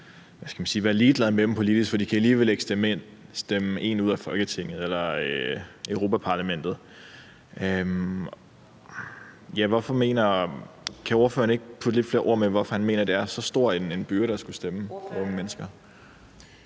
være ligeglad med dem politisk, for de kan alligevel ikke stemme en ud af Folketinget eller Europa-Parlamentet. Kan ordføreren ikke sætte lidt flere ord på, hvorfor han mener, det er så stor en byrde for unge mennesker